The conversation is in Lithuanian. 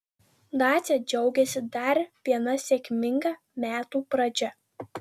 dacia džiaugiasi dar viena sėkminga metų pradžia